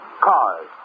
Cars